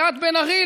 ליאת בן-ארי,